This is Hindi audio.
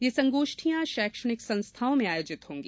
ये संगोष्ठियां शैक्षणिक संस्थानों में आयोजित की जाएगी